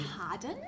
harden